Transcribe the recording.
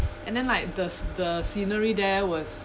and then like the s~ the scenery there was